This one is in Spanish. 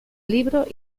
libros